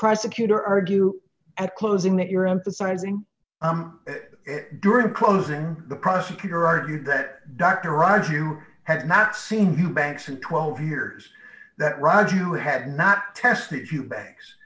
prosecutor argue at closing that you're emphasizing during closing the prosecutor argued that dr raj you had not seen the banks in twelve years that roger you had not tested you bags